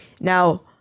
now